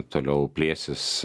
toliau plėsis